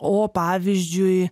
o pavyzdžiui